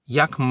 jak